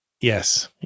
Yes